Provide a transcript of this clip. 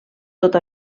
tot